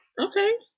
Okay